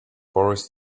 boris